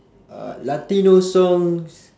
uh latino songs